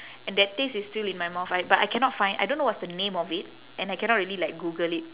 and that taste is still in my mouth I but I cannot find I don't know what's the name of it and I cannot really like google it